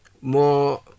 more